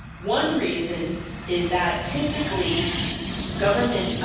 one reason is that typically government,